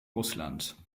russlands